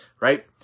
right